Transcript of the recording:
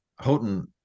Houghton